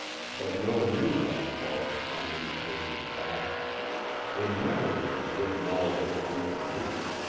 but no new light falls upon any page of that in memory is written all of it that we can read.